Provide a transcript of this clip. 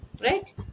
right